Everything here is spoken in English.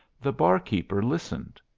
the barkeeper listened.